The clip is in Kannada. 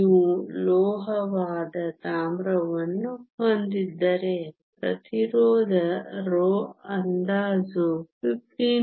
ನೀವು ಲೋಹವಾದ ತಾಮ್ರವನ್ನು ಹೊಂದಿದ್ದರೆ ಪ್ರತಿರೋಧ ρ ಅಂದಾಜು 15